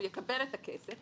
והוא יקבל את הכסף,